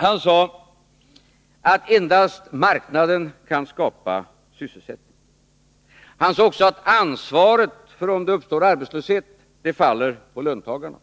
Han sade att endast marknaden kan skapa sysselsättning. Han sade också att ansvaret för att det uppstår arbetslöshet faller på löntagarna.